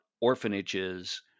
orphanages